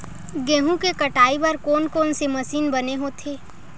गेहूं के कटाई बर कोन कोन से मशीन बने होथे?